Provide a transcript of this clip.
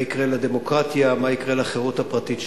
מה יקרה לדמוקרטיה, מה יקרה לחירות הפרטית שלו,